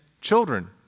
children